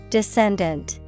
Descendant